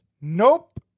Nope